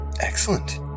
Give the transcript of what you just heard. Excellent